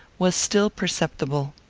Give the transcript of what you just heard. was still perceptible.